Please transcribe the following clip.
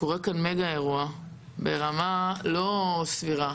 שקורה כאן מגה אירוע ברמה לא סבירה,